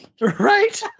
Right